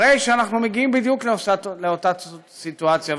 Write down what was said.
הרי אנחנו מגיעים בדיוק לאותה סיטואציה.